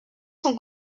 son